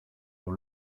dans